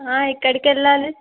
ఆ ఎక్కడికెళ్ళాలి